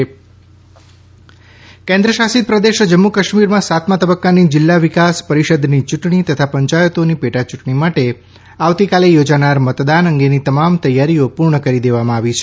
Jammu Kashmir DDC ચૂંટણી કેન્દ્રશાસિત પ્રદેશ જમ્મુ કાશ્મીરમાં સાતમા તબક્કાની જિલ્લા વિકાસ પરિષદની ચૂંટણી તથા પંચાયતોની પેટાચૂંટણી માટે આવતીકાલે યોજાનાર મતદાન અંગેની તમામ તૈયારીઓ પૂર્ણ કરી દેવામાં આવી છે